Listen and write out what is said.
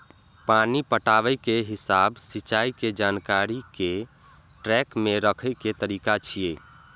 पानि पटाबै के हिसाब सिंचाइ के जानकारी कें ट्रैक मे राखै के तरीका छियै